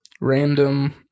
random